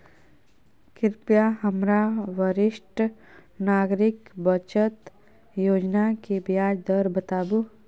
कृपया हमरा वरिष्ठ नागरिक बचत योजना के ब्याज दर बताबू